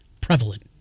prevalent